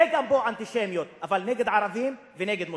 גם פה זה אנטישמיות, אבל נגד ערבים ונגד מוסלמים.